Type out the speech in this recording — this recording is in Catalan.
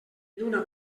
lluna